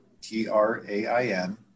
T-R-A-I-N